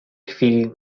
chwili